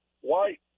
White